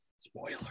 Spoiler